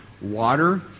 water